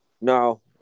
No